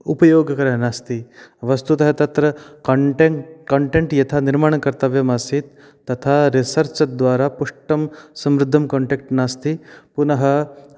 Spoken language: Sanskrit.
उपयोगकर नास्ति वस्तुतः तत्र कण्टेण्ट् कण्टेण्ट् यथा निर्माणं कर्तव्यमासीत् तथा रिसर्च् द्वारा पुष्टं समृद्धं कण्टेक्ट् नास्ति पुनः